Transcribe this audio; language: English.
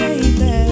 baby